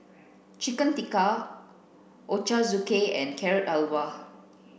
chicken Tikka Ochazuke and Carrot Halwa